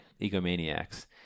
egomaniacs